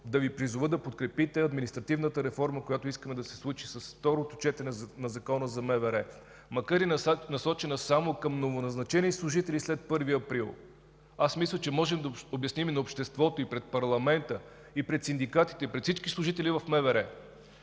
да Ви призова да подкрепите административната реформа, която искаме да се случи с второто четене на Закона за МВР, макар и насочена само към новоназначени служители след 1 април. Аз мисля, че можем да обясним и на обществото, и пред парламента, и пред синдикатите, и пред всички служители в МВР,